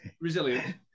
Resilient